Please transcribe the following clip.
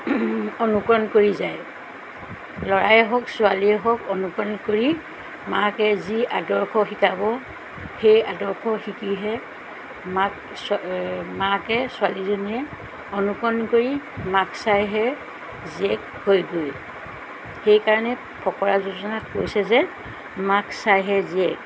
অনুকৰণ কৰি যায় ল'ৰাই হওক ছোৱালীয়ে হওক অনুকৰণ কৰি মাকে যি আদৰ্শ শিকাব সেই আদৰ্শ শিকিহে মাক মাকে ছোৱালীজনীয়ে অনুকৰণ কৰি মাক চাইহে জীয়েক হয় গৈ সেইকাৰণে ফকৰা যোজনাত কৈছে যে মাক চাইহে জীয়েক